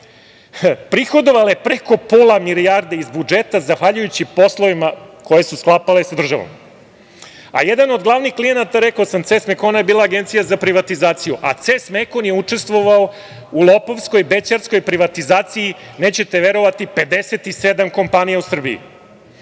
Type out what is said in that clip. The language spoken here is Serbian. prihodovale preko pola milijarde iz budžeta, zahvaljujući poslovima koje su sklapale sa državom. Jedan od glavnih klijenata, rekao sam „CES Mekona“ je bila Agencija za privatizaciju, a „CES Mekon“ je učestvovao u lopovskoj, bećarskoj privatizaciji, nećete verovati, 57 kompanija u Srbiji